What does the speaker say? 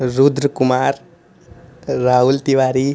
Rudra Kumar Rahul Tiwari